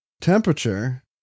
temperature